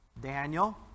Daniel